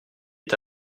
est